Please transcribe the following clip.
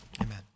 Amen